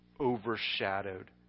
overshadowed